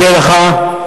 אני מודה לך מאוד.